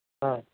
हा